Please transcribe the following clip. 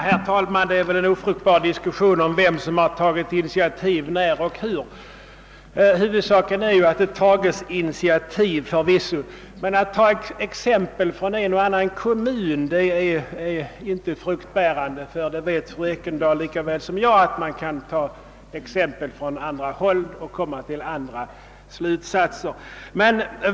Herr talman! En diskussion om vem som tagit. initiativ när och hur är ofruktbar. Huvudsaken är förvisso att det tas initiativ, men att välja exempel från en och annan kommun är inte fruktbärande. Fru Ekendahl vet lika väl som jag att man kan få exempel från annat håll och komma fram till andra slutsatser.